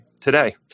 today